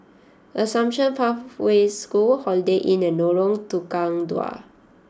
Assumption Pathway School Holiday Inn and Lorong Tukang Dua